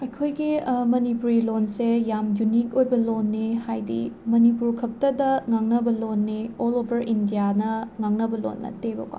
ꯑꯩꯈꯣꯏꯒꯤ ꯃꯅꯤꯄꯨꯔꯤ ꯂꯣꯟꯁꯦ ꯌꯥꯝꯅ ꯌꯨꯅꯤꯛ ꯑꯣꯏꯕ ꯂꯣꯟꯅꯦ ꯍꯥꯏꯗꯤ ꯃꯅꯤꯄꯨꯔ ꯈꯛꯇꯗ ꯉꯥꯡꯅꯕ ꯂꯣꯟꯅꯦ ꯑꯣꯜ ꯑꯣꯕꯔ ꯏꯟꯗ꯭ꯌꯥꯅ ꯉꯥꯡꯅꯕ ꯂꯣꯟ ꯅꯠꯇꯦꯕꯀꯣ